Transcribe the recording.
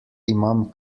imam